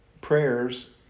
prayers